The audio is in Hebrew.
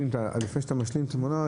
לפני שאתה משלים את התמונה,